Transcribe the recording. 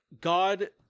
God